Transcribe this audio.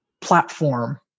platform